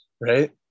right